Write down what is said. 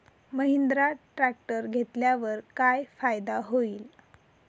Mahindra tractor घेतल्यावर काय फायदा होईल?